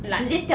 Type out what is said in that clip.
like